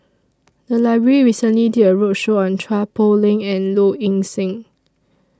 The Library recently did A roadshow on Chua Poh Leng and Low Ing Sing